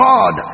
God